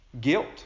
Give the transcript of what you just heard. guilt